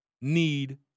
need